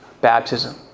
baptism